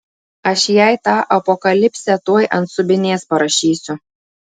aš jai tą apokalipsę tuoj ant subinės parašysiu